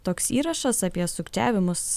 toks įrašas apie sukčiavimus